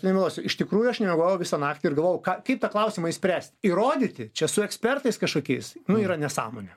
nemeluosiu iš tikrųjų aš nemiegojau visą naktį ir galvojau ką kaip tą klausimą išspręsti įrodyti čia su ekspertais kažkokiais nu yra nesąmonė